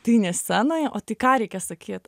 tai ne scenoj o tai ką reikia sakyt